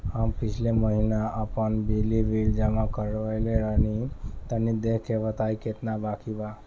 हम पिछला महीना आपन बिजली बिल जमा करवले रनि तनि देखऽ के बताईं केतना बाकि बा?